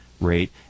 rate